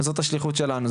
זאת השליחות שלנו,